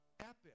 Epic